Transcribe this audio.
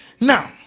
Now